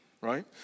right